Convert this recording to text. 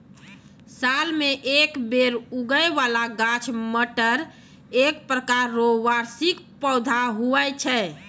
साल मे एक बेर उगै बाला गाछ मटर एक प्रकार रो वार्षिक पौधा हुवै छै